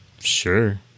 Sure